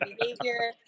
behavior